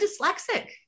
dyslexic